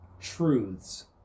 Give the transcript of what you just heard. truths